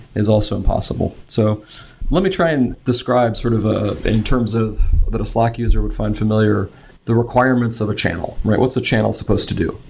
is also impossible. so let me try and describe sort of ah in terms of that a slack user would find familiar the requirements of a channel. what's a channel supposed to do?